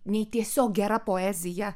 nei tiesiog gera poezija